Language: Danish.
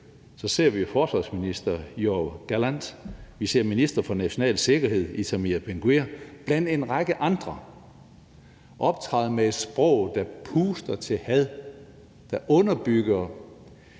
selv, forsvarsminister Yoav Gallant, minister for national sikkerhed Itamar Ben-Gvir blandt en række andre optræde med et sprog, der puster til had, der underbygger